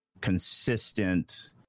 consistent